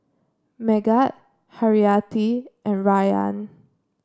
Megat Haryati and Rayyan